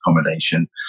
accommodation